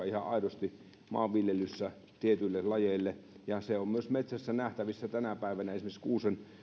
ihan aidosti olla uhka maanviljelyssä tietyille lajeille ja se on myös metsässä nähtävissä tänä päivänä esimerkiksi kuusikossa